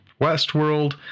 Westworld